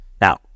Now